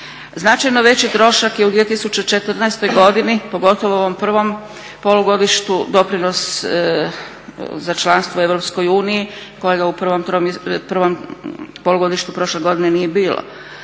Značajno veći trošak je u 2014.godini pogotovo u ovom prvom polugodištu, doprinos za članstvo u EU kojega u prvom polugodištu prošle godine nije bilo,